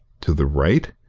to the right?